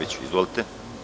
Izvolite.